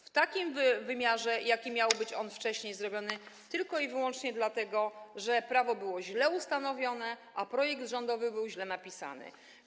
W takim wymiarze, jaki miał być wcześniej zrobiony tylko i wyłącznie dlatego, że prawo było źle ustanowione, a projekt rządowy był źle napisany.